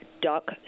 Duck